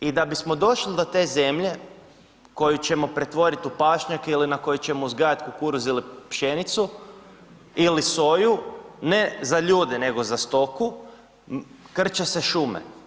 I da bismo došli do te zemlje koju ćemo pretvorit u pašnjake ili na kojoj ćemo uzgajat kukuruz ili pšenicu ili soju ne za ljude, nego za stoku krče se šume.